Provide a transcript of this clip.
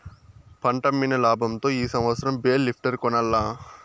పంటమ్మిన లాబంతో ఈ సంవత్సరం బేల్ లిఫ్టర్ కొనాల్ల